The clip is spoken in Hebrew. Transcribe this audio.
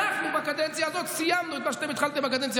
אנחנו בקדנציה הזאת סיימנו את מה שאתם התחלתם בקדנציה